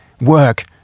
work